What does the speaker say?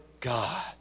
God